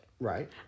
Right